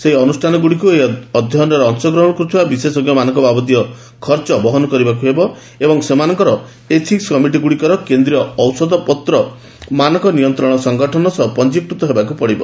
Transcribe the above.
ସେହି ଅନ୍ରଷ୍ଠାନଗ୍ରଡ଼ିକ ଏହି ଅଧ୍ୟୟନରେ ଅଂଶଗ୍ରହଣ କର୍ତ୍ରିବା ବିଶେଷଜ୍ଞମାନଙ୍କ ବାବଦୀୟ ଖର୍ଚ୍ଚ ବହନ କରିବାକ୍ ହେବ ଓ ସେମାନଙ୍କର ଏଥିକ୍ କମିଟିଗ୍ରଡ଼ିକ କେନ୍ଦ୍ରୀୟ ଔଷଧପତ୍ର ମାନକ ନିୟନ୍ତ୍ରଣ ସଂଗଠନ ସହ ପଞ୍ଜିକୃତ ହେବାକୁ ପଡ଼ିବ